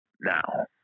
Now